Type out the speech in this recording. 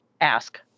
ask